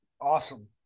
Awesome